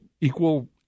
equal